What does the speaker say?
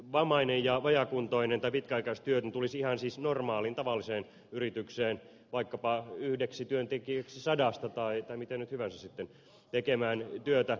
vammainen ja vajaakuntoinen tai pitkäaikaistyötön tulisi siis ihan normaaliin tavalliseen yritykseen vaikkapa yhdeksi työntekijäksi sadasta tai miten hyvänsä tekemään työtä